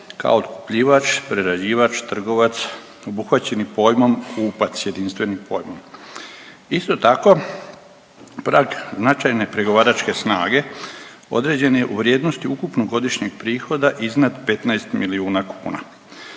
kao otkupljivač, prerađivač, trgovac obuhvaćeni pojmom kupac jedinstvenim pojmom. Isto tako, prag značajne pregovaračke snage određen je u vrijednosti ukupnog godišnjeg prihoda iznad 15 milijuna kuna.